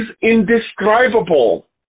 indescribable